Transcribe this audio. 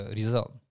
result